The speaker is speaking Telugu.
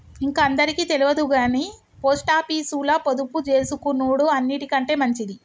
ఇంక అందరికి తెల్వదుగని పోస్టాపీసుల పొదుపుజేసుకునుడు అన్నిటికంటె మంచిది